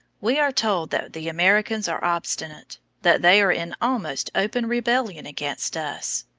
we are told that the americans are obstinate that they are in almost open rebellion against us.